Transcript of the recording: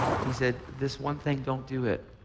he said this one thing, don't do it